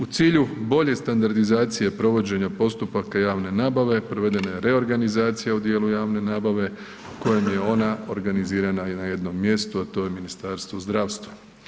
U cilju bolje standardizacije provođenja postupaka javne nabave provedena je reorganizacija u dijelu javne nabave kojim je ona organizirana na jednom mjestu, a to je Ministarstvo zdravstva.